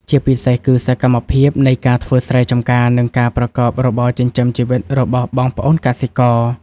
ជាពិសេសគឺសកម្មភាពនៃការធ្វើស្រែចម្ការ និងការប្រកបរបរចិញ្ចឹមជីវិតរបស់បងប្អូនកសិករ។